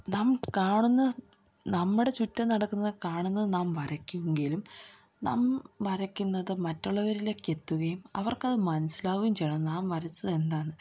നാം കാണുന്ന നമ്മുടെ ചുറ്റും നടക്കുന്നതു കാണുന്നത് നാം വരക്കുമെങ്കിലും നാം വരക്കുന്നത് മറ്റുള്ളവരിലേക്ക് എത്തുകയും അവർക്കതു മനസ്സിലാകുകയും ചെയ്യണം നാം വരച്ചത് എന്താണെന്ന്